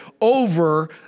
over